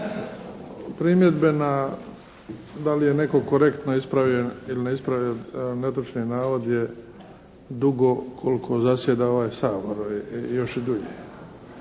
Primjedbe na, da li je netko korektno ispravio ili ne ispravio netočni navod je dugo koliko zasjeda ovaj Sabor. Još i dulje.